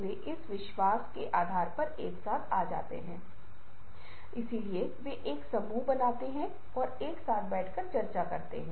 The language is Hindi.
यहाँ क्यों नहीं अगर हमारे पास कुछ पत्र हैं तो हम इसे बहुत तेज़ी से आपके साथ साझा कर सकते हैं